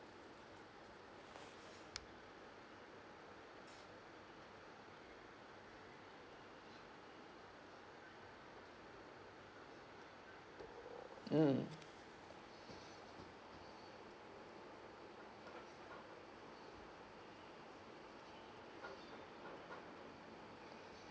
mm